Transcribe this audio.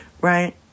Right